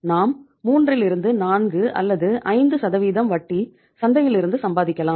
நாம் மூன்றிலிருந்து நான்கு அல்லது ஐந்து சதவீதம் வட்டி சந்தையிலிருந்து சம்பாதிக்கலாம்